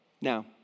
Now